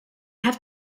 have